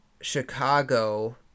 Chicago